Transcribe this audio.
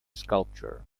sculpture